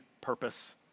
purpose